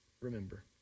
remember